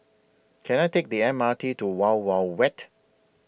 Can I Take The M R T to Wild Wild Wet